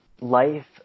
life